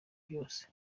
byose